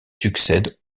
succède